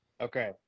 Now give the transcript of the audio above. Okay